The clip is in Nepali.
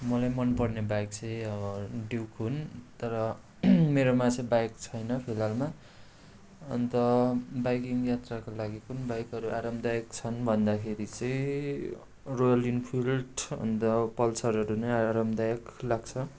मलाई मनपर्ने बाइक चाहिँ अब ड्युक हुन् तर मेरोमा चाहिँ बाइक छैन फिलहालमा अन्त बाइकिङ यात्राको लागि कुन बाइकहरू आरामदायक छन् भन्दाखेरि चाहिँ रोयल इन्फिल्ड छ अन्त पल्सरहरू नै आरामदायक लाग्छ